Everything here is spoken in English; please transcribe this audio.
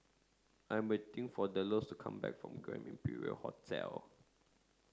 I'm waiting for Delos to come back from Grand Imperial Hotel